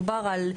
מדובר על,